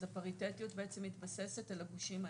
אז הפריטטיות בעצם מתבססת על הגושים האלה,